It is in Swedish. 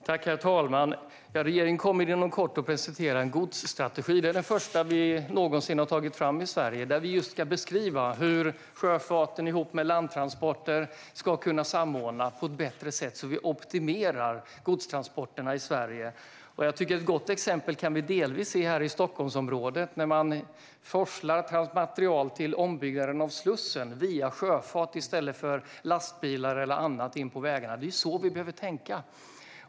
Herr talman! Regeringen kommer inom kort att presentera en godsstrategi. Det är den första som någonsin har tagits fram i Sverige. Där ska vi just beskriva hur sjöfarten ska kunna samordnas med landtransporter på ett bättre sätt så att vi optimerar godstransporterna i Sverige. Ett gott exempel kan vi delvis se här i Stockholmsområdet när man forslar material till ombyggnaden av Slussen via sjöfart i stället för med lastbilar eller annat på vägarna. Det är så vi behöver tänka.